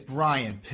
Brian